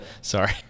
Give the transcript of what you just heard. Sorry